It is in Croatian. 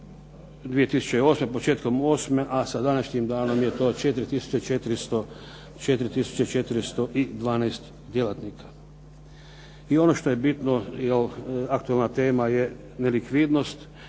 zaposlenika 2008., a sa današnjim danom je to 4 tisuće 412 djelatnika. I ono što je bitno jer aktualna tema je nelikvidnost,